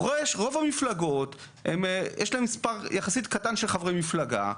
רוב המפלגות יש להן מספר יחסית קטן של חברי מפלגה,